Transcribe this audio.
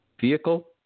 vehicle